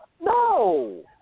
No